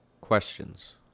questions